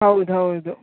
ಹೌದು ಹೌದು